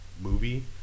movie